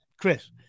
Chris